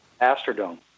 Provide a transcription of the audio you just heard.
Astrodome